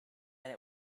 and